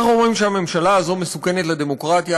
אנחנו אומרים שהממשלה הזאת מסוכנת לדמוקרטיה